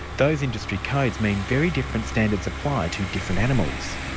those industry codes mean very different standards apply to different animals.